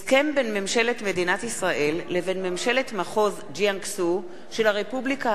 הסכם בין ממשלת מדינת ישראל לבין ממשלת מחוז ג'יאנגסו של הרפובליקה